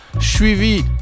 Suivi